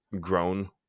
grown